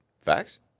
Facts